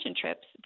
trips